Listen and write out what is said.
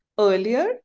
earlier